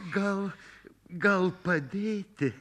gal gal padėti